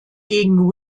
gegen